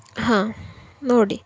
ಹಾಂ ನೋಡಿ